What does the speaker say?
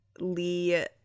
lee